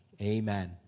Amen